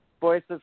voices